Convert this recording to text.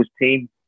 team